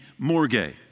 Morgay